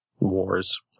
Wars